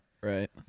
right